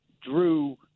drew